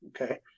Okay